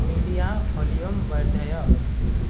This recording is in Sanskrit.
मीडिया वाल्यूम् वर्धय